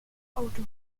auto